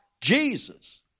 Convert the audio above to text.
Jesus